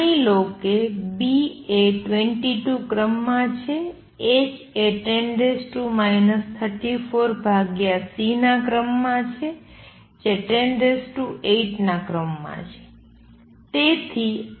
માની લો કે B એ 22 ક્રમમાં છે h એ 10 34 ભાગ્યા C ના ક્રમ માં છે જે 108 ના ક્રમમાં છે